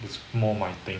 it's more my thing